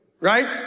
Right